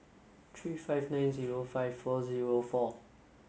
three five nine zero five four zero four